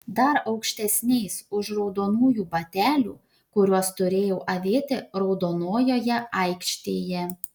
dar aukštesniais už raudonųjų batelių kuriuos turėjau avėti raudonojoje aikštėje